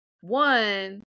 one